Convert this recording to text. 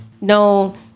no